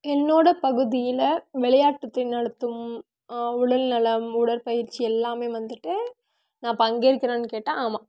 என்னோட பகுதியில் விளையாட்டு துறை நடத்தும் உடல்நலம் உடற்பயிற்சி எல்லாம் வந்துவிட்டு நான் பங்கேற்கிறேன் கேட்டால் ஆமாம்